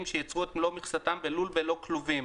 שייצרו את מלוא מכסתם בלול בלא כלובים.